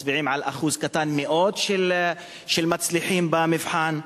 מצביעים על אחוז קטן מאוד של מצליחים במבחן.